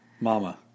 Mama